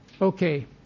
okay